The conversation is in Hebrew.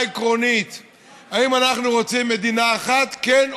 אתה יכול לתת הערה בישיבה, לא